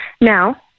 Now